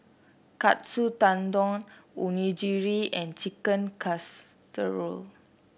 Katsu Tendon Onigiri and Chicken Casserole